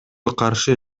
каршы